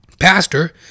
pastor